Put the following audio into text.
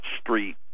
Street